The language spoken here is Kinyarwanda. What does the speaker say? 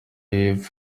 y’epfo